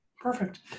Perfect